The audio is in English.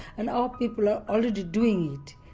and our people are already doing it.